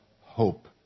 hope